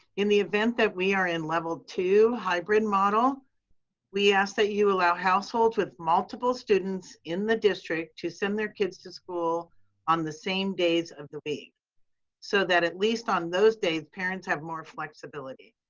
in the event that we are in level two hybrid model we ask that you allow households with multiple students in the district to send their kids to school on the same days of the week so that at least, on those days, parents have more flexibility.